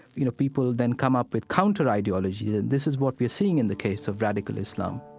you know, people then come up with counter-ideology. and this is what we are seeing in the case of radical islam